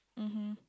mmhmm